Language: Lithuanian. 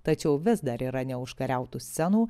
tačiau vis dar yra neužkariautų scenų